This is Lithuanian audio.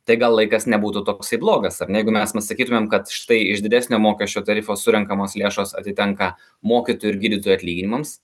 tai gal laikas nebūtų toksai blogas ar ne jeigu mes nu sakytumėm kad štai iš didesnio mokesčio tarifo surenkamos lėšos atitenka mokytojų ir gydytojų atlyginimams